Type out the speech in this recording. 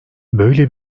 böyle